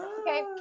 Okay